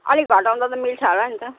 अलिक घटाउँदा त मिल्छ होला नि त